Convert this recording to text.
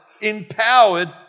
empowered